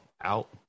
out